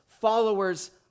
followers